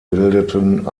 bildeten